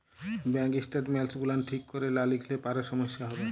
bank statements গুলান ঠিক ক্যরে লা লিখলে পারে সমস্যা হ্যবে